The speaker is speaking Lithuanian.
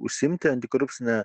užsiimti antikorupcine